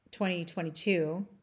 2022